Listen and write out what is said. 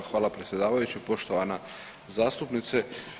Evo, hvala predsjedavajući, poštovana zastupnice.